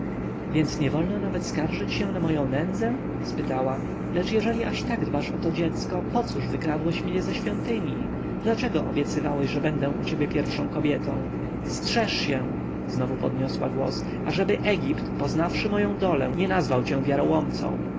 więc niewolno nawet skarżyć się na moją nędzę spytała lecz jeżeli aż tak dbasz o to dziecko pocóż wykradłeś mnie ze świątyni dlaczego obiecywałeś że będę u ciebie pierwszą kobietą strzeż się znowu podniosła głos ażeby egipt poznawszy moją dolę nie nazwał cię wiarołomcą